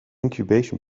incubation